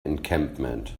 encampment